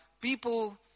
people